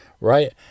right